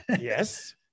Yes